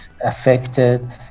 affected